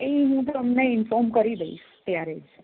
એ હું તમને ઇન્ફોર્મ કરી દઇશ ત્યારે જ